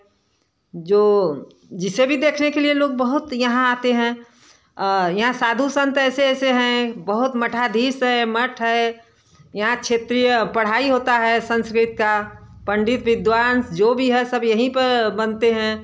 जो जिसे भी देखने के लिए लोग बहुत यहाँ आते हैं यहाँ साधु संत ऐसे ऐसे हैं बहुत मठाधीश है मठ है यहाँ क्षेत्रीय पढ़ाई होता है संस्कृत का पंडित विद्वान जो भी है सब यहीं पर बनते हैं